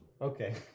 Okay